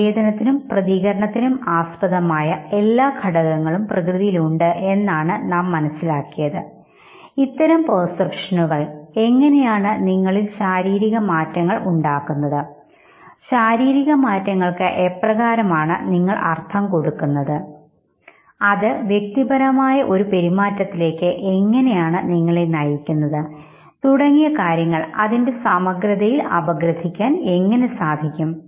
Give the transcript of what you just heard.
സംവേദനത്തിനും പ്രതികരണത്തിനും ആസ്പദമായ എല്ലാ ഘടകങ്ങളും പ്രകൃതിയിലുണ്ട് എന്നാണ് നാം മനസ്സിലാക്കിയത് ഇത്തരം പെർസെപ്ഷനുകൾ എങ്ങനെയാണ് നിങ്ങളിൽ ശാരീരിക മാറ്റങ്ങൾ ഉണ്ടാകുന്നത് ശാരീരിക മാറ്റങ്ങൾക്ക് എപ്രകാരമാണ് നിങ്ങൾ അർത്ഥം കൊടുക്കുന്നത് അത് വ്യക്തിപരമായ ഒരു പെരുമാറ്റത്തിലേക്ക് എങ്ങനെയാണ് നിങ്ങളെ നയിക്കുന്നത് തുടങ്ങിയ കാര്യങ്ങൾ അതിൻറെ സമഗ്രതയിൽ അപഗ്രഥിക്കാൻ എങ്ങനെ സാധിക്കും